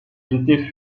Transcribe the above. unités